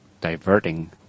diverting